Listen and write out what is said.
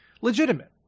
legitimate